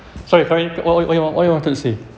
so you currently oh what you want what you want to say